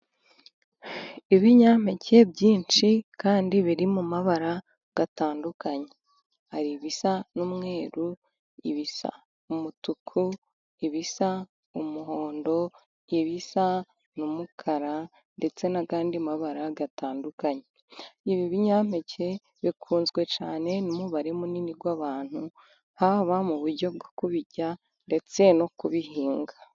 Ibinyampeke byinshi kandi biri mu mabara atandukanye. Hari ibisa n’umweru, ibisa umutuku, ibisa umuhondo, ibisa n’umukara, ndetse n’ayandi mabara atandukanye. Ibi binyampeke bikunzwe cyane n’umubare munini w’abantu, haba mu buryo bwo kubirya, ndetse no kubihinga.